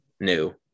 New